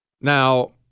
Now